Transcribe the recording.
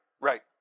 right